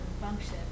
function